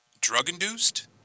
drug-induced